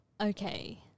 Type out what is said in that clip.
Okay